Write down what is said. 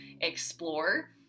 explore